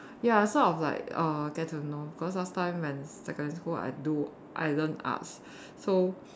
ya so I was like uh get to know cause last time when secondary school I do I learnt arts so